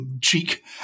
cheek